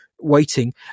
waiting